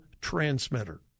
transmitter